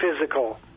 physical